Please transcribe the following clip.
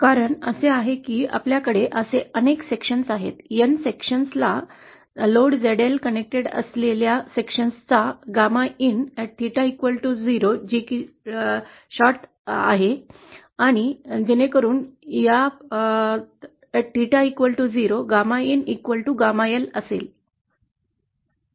कारण असे आहे की आपल्याकडे असे अनेक विभाग आहेत N विभागां ला लोड ZL कनेक्टेड असलेल्या विभागां चा gamma in at at theta 0 जे की शॉर्टसर्किट आहे आणि जेणेकरून त्या प्रकरणात at theta0 γin γ L असेल